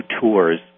tours